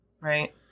right